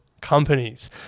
companies